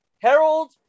Harold